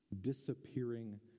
disappearing